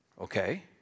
Okay